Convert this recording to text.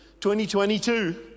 2022